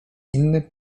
inny